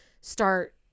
start